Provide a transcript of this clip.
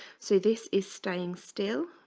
so this is staying still